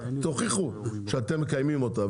תוכיחו שאתם מקיימים אותה,